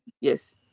Yes